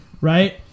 Right